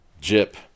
Jip